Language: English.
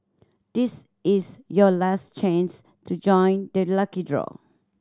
this is your last chance to join the lucky draw